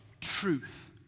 truth